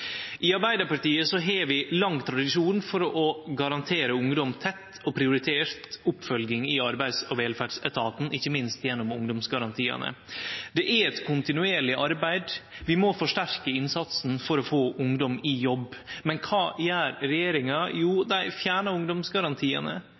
I Arbeidarpartiet har vi lang tradisjon for å garantere ungdom tett og prioritert oppfølging i Arbeids- og velferdsetaten, ikkje minst gjennom ungdomsgarantiane. Det er eit kontinuerleg arbeid, vi må forsterke innsatsen for å få ungdom i jobb. Men kva gjer regjeringa? Jo,